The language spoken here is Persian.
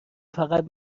فقط